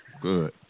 Good